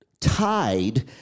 tied